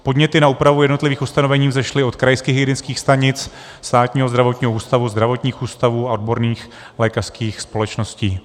Podněty na úpravu jednotlivých ustanovení vzešly od krajských hygienických stanic, Státního zdravotního ústavu, zdravotních ústavů a odborných lékařských společností.